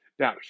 Now